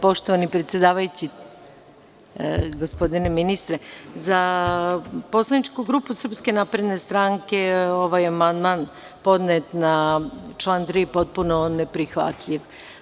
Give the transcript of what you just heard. Poštovani predsedavajući, gospodine ministre, za poslaničku grupu SNS ovaj amandman podnet na član 3 je potpuno neprihvatljiv.